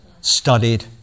studied